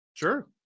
Sure